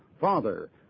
Father